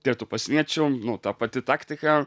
ir tų pasieniečių nu ta pati taktika